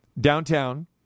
downtown